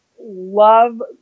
love